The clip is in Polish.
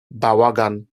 bałagan